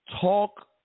talk